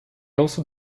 also